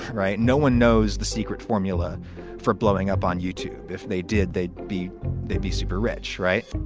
right? no one knows the secret formula for blowing up on youtube. if they did, they'd be they'd be super rich. right.